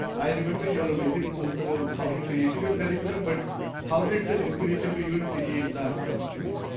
i remember your amazing post about how you created your curriculum, but how did the inspiration to even create that come for you?